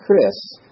Chris